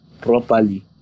properly